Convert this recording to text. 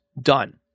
done